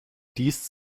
dies